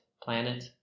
planet